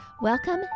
Welcome